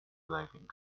diving